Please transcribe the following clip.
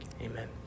amen